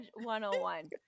101